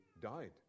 died